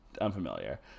Unfamiliar